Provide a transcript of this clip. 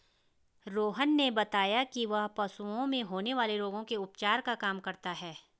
रोहन ने बताया कि वह पशुओं में होने वाले रोगों के उपचार का काम करता है